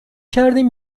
کردیم